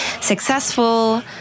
successful